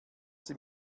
sie